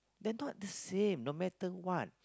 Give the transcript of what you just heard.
they're not the same no matter what